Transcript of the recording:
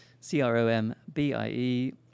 C-R-O-M-B-I-E